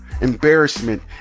embarrassment